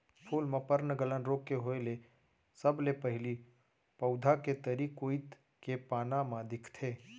फूल म पर्नगलन रोग के होय ले सबले पहिली पउधा के तरी कोइत के पाना म दिखथे